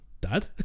dad